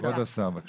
כבוד השר, בבקשה.